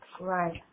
right